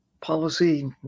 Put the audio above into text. policy